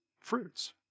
fruits